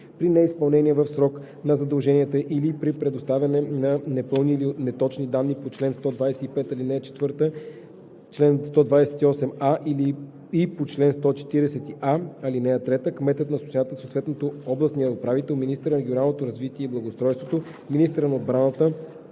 При неизпълнение в срок на задълженията или при предоставяне на непълни или неточни данни по чл. 125, ал. 4, чл. 128а и по чл. 140а, ал. 3 кметът на общината, съответно областният управител, министърът на регионалното развитие и благоустройството, министърът на отбраната,